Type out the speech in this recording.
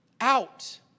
out